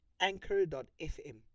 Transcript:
anchor.fm